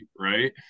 right